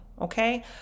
Okay